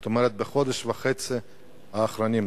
זאת אומרת בחודש וחצי האחרונים,